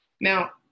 Now